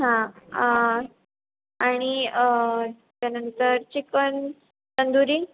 हां आणि त्यानंतर चिकन तंदुरी